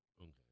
Okay